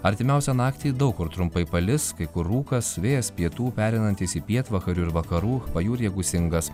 artimiausią naktį daug kur trumpai palis kai kur rūkas vėjas pietų pereinantis į pietvakarių vakarų pajūryje gūsingas